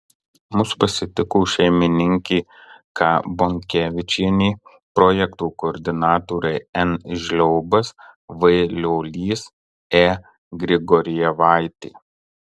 mus pasitiko šeimininkė k bonkevičienė projekto koordinatoriai n žliobas v liolys e grigorjevaitė